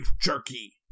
jerky